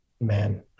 man